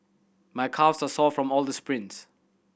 my calves are sore from all the sprints